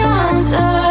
answer